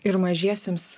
ir mažiesiems